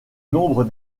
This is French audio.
nombre